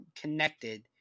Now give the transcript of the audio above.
connected